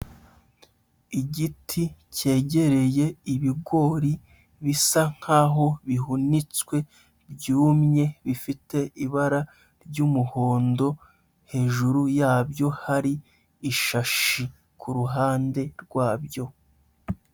Igiti cyegereye ibigori. Bisa nkaho bihunitswe, byumye bifite ibara ry'umuhondo. Hejuru yabyo hari ishashi ku ruhande rwabyo.